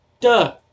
duh